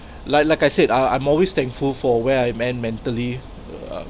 like like I said uh I'm always thankful for where I am mentally